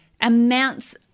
amounts